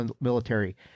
military